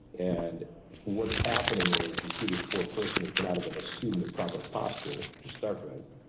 and what's happening is you see this poor person who cannot even assume the proper posture to start with.